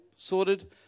Sorted